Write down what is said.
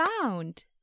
found